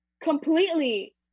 completely